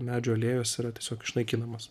medžių alėjos yra tiesiog išnaikinamos